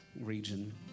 region